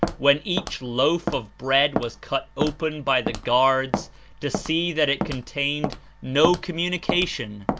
when each loaf of bread was cut open by the guards to see that it contained no communication,